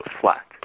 flat